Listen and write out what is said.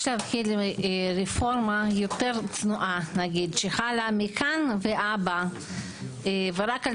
יש להחיל רפורמה יותר צנועה שחלה מכאן ולהבא ורק על